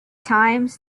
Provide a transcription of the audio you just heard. times